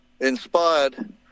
inspired